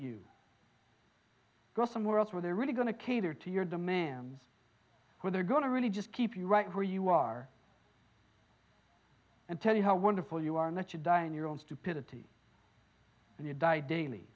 you go somewhere else where they're really going to cater to your demands where they're going to really just keep you right where you are and tell you how wonderful you are and that you die in your own stupidity and you die daily